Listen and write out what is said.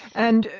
and,